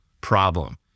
problem